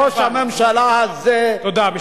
אבל ראש הממשלה הזה, תודה.